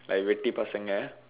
like வெட்டி பசங்க:vetdi pasangka